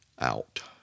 out